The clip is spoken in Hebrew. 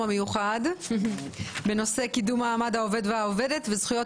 המיוחד בנושא קידום מעמד העובד והעובדת וזכויות